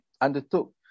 undertook